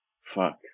fuck